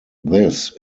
this